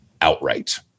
outright